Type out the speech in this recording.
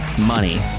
money